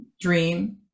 dream